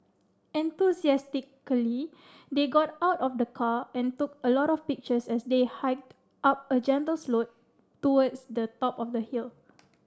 enthusiastically they got out of the car and took a lot of pictures as they hiked up a gentle slope towards the top of the hill